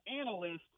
analyst